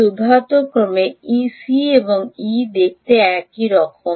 দুর্ভাগ্যক্রমে এই সি এবং ই দেখতে একই রকম